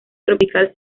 tropical